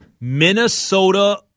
Minnesota